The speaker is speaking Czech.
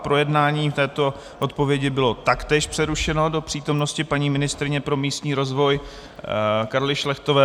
Projednávání této odpovědi bylo taktéž přerušeno do přítomnosti paní ministryně pro místní rozvoj Karly Šlechtové.